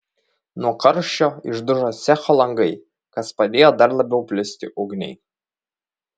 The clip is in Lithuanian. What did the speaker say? nuo karščio išdužo cecho langai kas padėjo dar labiau plisti ugniai